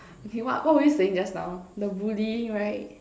okay what what were you saying just now the bullying right